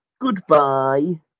goodbye